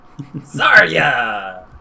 Zarya